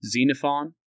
Xenophon